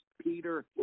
Peter